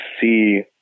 see